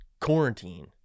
quarantine